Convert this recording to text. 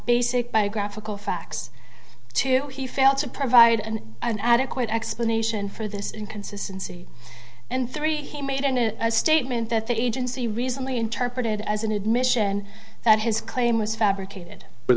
basic biographical facts two he failed to provide an adequate explanation for this inconsistency and three he made a statement that the agency recently interpreted as an admission that his claim was fabricated but